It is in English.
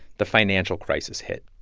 the financial crisis hit.